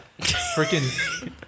Freaking